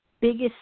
biggest